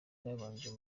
babanje